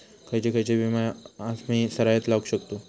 खयची खयची बिया आम्ही सरायत लावक शकतु?